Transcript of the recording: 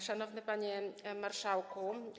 Szanowny Panie Marszałku!